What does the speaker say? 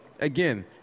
again